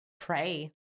pray